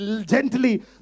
gently